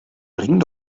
bring